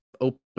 open